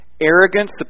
arrogance